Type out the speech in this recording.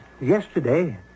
yesterday